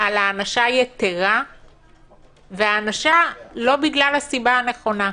על ענישה יתרה ולא בגלל הסיבה הנכונה.